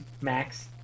Max